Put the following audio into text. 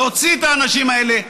להוציא את האנשים האלה,